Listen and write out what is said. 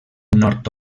nord